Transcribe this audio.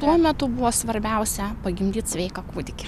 tuo metu buvo svarbiausia pagimdyt sveiką kūdikį